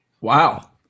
Wow